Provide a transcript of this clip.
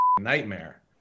nightmare